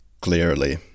clearly